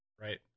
right